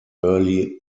early